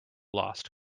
lost